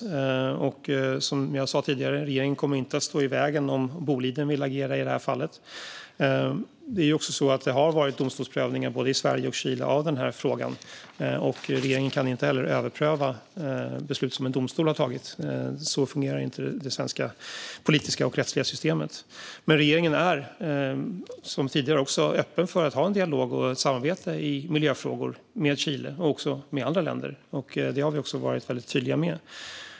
Som jag sa tidigare kommer regeringen inte att stå i vägen om Boliden vill agera i det här fallet. Den här frågan har också prövats i domstol både i Sverige och i Chile, och regeringen kan inte överpröva beslut som en domstol har fattat. Så fungerar inte det svenska politiska och rättsliga systemet. Men regeringen är som tidigare öppen för att ha en dialog och ett samarbete i miljöfrågor med Chile och även med andra länder. Det har vi också varit tydliga med.